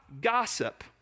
gossip